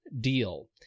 deal